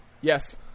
Yes